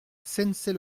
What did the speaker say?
sennecey